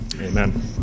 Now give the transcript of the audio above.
amen